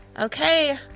Okay